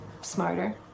smarter